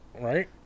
Right